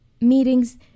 meetings